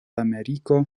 ameriko